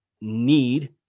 need